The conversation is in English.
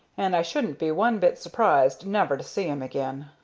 and i shouldn't be one bit surprised never to see him again.